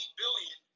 billion